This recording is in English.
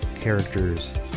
characters